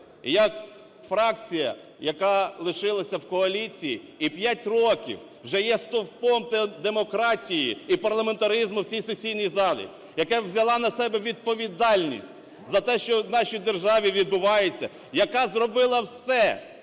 як фракція, яка лишилася в коаліції і 5 років вже є стовпом демократії і парламентаризму в цій сесійній залі, яка взяла на себе відповідальність за те, що в нашій державі відбувається, яка зробила все,